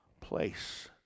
place